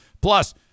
Plus